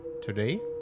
today